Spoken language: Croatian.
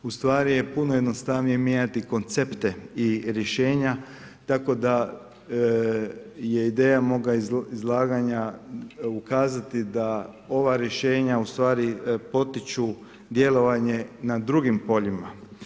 U stvari je puno jednostavnije mijenjati koncepte i rješenja, tako da je ideja moga izlaganja ukazati da ova rješenja u stvari potiču djelovanje na drugim poljima.